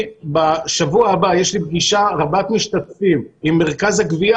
בשבוע הבא יש לי פגישה רבת משתתפים עם מרכז הגבייה